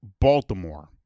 Baltimore